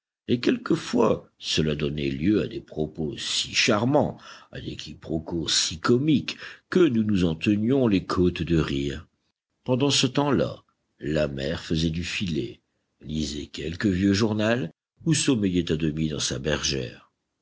et quelquefois cela donnait lieu à des à-propos si charmants à des quiproquos si comiques que nous nous en tenions les côtes de rire pendant ce temps-là la mère faisait du filet lisait quelque vieux journal ou sommeillait à demi dans sa bergère